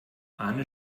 arne